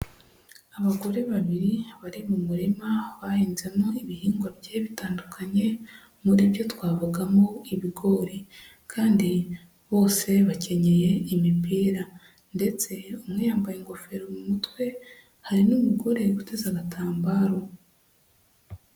Abagore babiri bari mu murima bahinzemo ibihingwa bigiye bitandukanye, muri byo twavugamo ibigori, kandi bose bakenyeye imipira ndetse umwe yambaye ingofero mu mutwe, hari n'umugore witeze agatambaro.